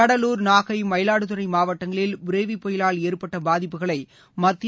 கடலூர் நாகை மயிலாடுதுரை மாவட்டங்களில் புரவி புயலால் ஏற்பட்ட பாதிப்புகளை மத்திய